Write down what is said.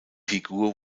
figur